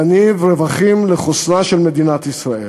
יניב רווחים לחוסנה של מדינת ישראל.